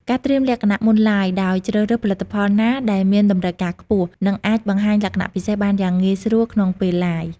ការត្រៀមលក្ខណៈមុន Live ដោយជ្រើសរើសផលិតផលណាដែលមានតម្រូវការខ្ពស់ និងអាចបង្ហាញលក្ខណៈពិសេសបានយ៉ាងងាយស្រួលក្នុងពេល Live។